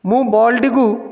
ମୁଁ ବଲ୍ଟିକୁ